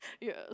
Yes